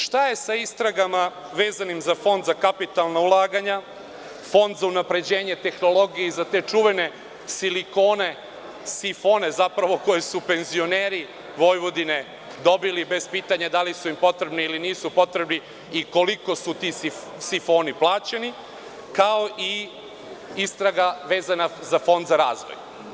Šta je sa istragama vezanim za Fond za kapitalna ulaganja, Fond za unapređenje tehnologije i za te čuvene sifone koje su penzioneri Vojvodine dobili bez pitanja da li su im potrebni ili ne i koliko su ti sifoni plaćeni, kao i istraga vezana za Fond za razvoj?